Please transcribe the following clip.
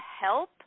help